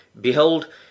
Behold